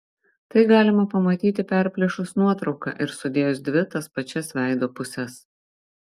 tai galima pamatyti perplėšus nuotrauką ir sudėjus dvi tas pačias veido puses